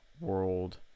world